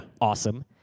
Awesome